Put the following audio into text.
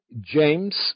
James